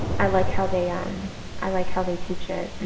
i like how they um i like how they teach it.